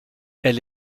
elle